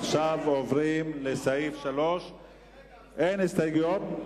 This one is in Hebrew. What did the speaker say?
עכשיו עוברים לסעיף 3. אין הסתייגויות.